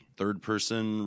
third-person